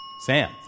Sam